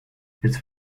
his